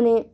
अनि